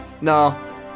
No